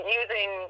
using